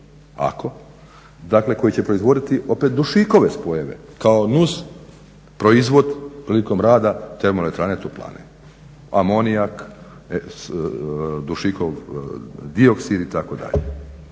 ako, koji će proizvoditi opet dušikove spojeve kao nusproizvod prilikom rada termoelektrane i toplane, amonijak, dušikov dioksid itd.